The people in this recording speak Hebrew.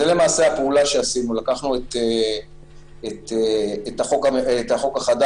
זאת למעשה הפעולה שעשינו: לקחנו את החוק החדש